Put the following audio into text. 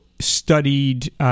studied